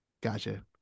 Gotcha